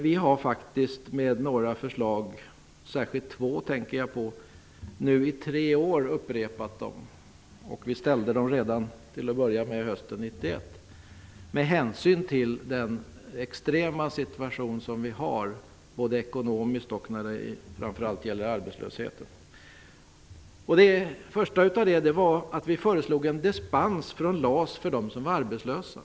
Vi har faktiskt upprepat några förslag -- jag tänker särskilt på två -- i tre år nu. Vi lade fram dem redan hösten 1991. Det har vi gjort med hänsyn till den extrema situation vi har både ekonomiskt och framför allt när det gäller arbetslösheten. Det första förslaget innebar att vi föreslog en dispens från LAS för dem som var arbetslösa.